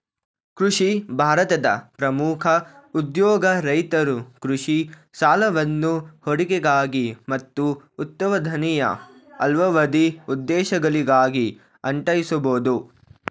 ಕೃಷಿ ಭಾರತದ ಪ್ರಮುಖ ಉದ್ಯೋಗ ರೈತರು ಕೃಷಿ ಸಾಲವನ್ನು ಹೂಡಿಕೆಗಾಗಿ ಮತ್ತು ಉತ್ಪಾದನೆಯ ಅಲ್ಪಾವಧಿ ಉದ್ದೇಶಗಳಿಗಾಗಿ ಅನ್ವಯಿಸ್ಬೋದು